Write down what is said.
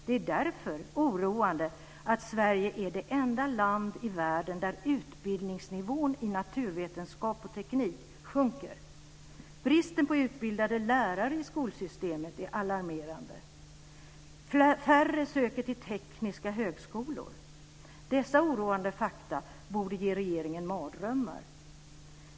Det är därför oroande att Sverige är det enda land i världen där utbildningsnivån i naturvetenskap och teknik sjunker. Bristen på utbildade lärare i skolsystemet är alarmerande. Färre söker till tekniska högskolor. Dessa oroande fakta borde ge regeringen mardrömmar.